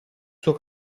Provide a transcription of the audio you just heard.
suo